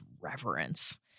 reverence